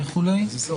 לא.